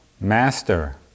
Master